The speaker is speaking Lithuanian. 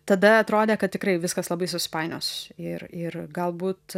tada atrodė kad tikrai viskas labai susipainios ir ir galbūt